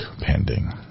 pending